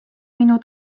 minu